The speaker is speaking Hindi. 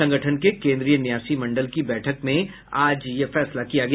संगठन के केन्द्रीय न्यासी मंडल की बैठक में आज यह फैसला किया गया